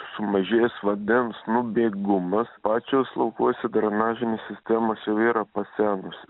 sumažės vandens nubėgumas pačios laukuose drenažinės sistemos jau yra pasenusi